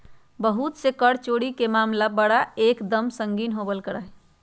बहुत से कर चोरी के मामला बड़ा एक दम संगीन होवल करा हई